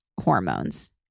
hormones